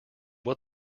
what